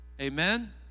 Amen